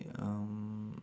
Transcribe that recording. um